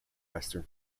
western